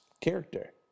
character